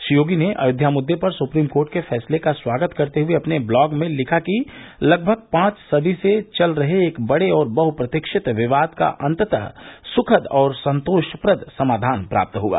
श्री योगी ने अयोध्या मुद्दे पर सुप्रीम कोर्ट के फैसले का स्वागत करते हुये अपने ब्लॉग में लिखा कि लगभग पांच सदी से चल रहे एक बडे और बहप्रतीक्षित विवाद का अन्ततः सुखद और संतोषप्रद समाधान प्राप्त हआ